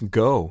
go